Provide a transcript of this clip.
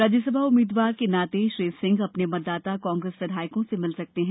राज्यसभा उम्मीदवार के नाते श्री सिंह अपने मतदाता कांग्रेस विधायकों से मिल सकते हैं